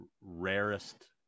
rarest